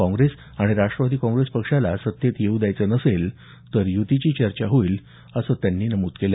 काँग्रेस आणि राष्ट्रवादी काँग्रेसला सत्तेत येऊ द्यायचं नसेल तर युतीची चर्चा होईल असं त्यांनी नमूद केलं